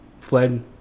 fled